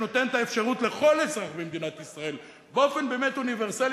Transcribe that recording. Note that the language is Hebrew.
שנותן את האפשרות לכל אזרח במדינת ישראל באופן באמת אוניברסלי